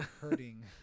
hurting